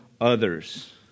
others